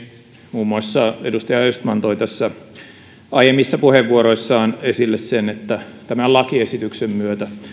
muun muassa edustaja östman toi aiemmissa puheenvuoroissaan esille sen että tämän lakiesityksen myötä